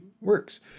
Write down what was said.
works